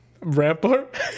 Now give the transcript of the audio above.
Rampart